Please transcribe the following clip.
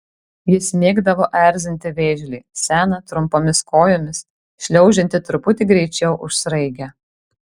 jis mėgdavo erzinti vėžlį seną trumpomis kojomis šliaužiantį truputį greičiau už sraigę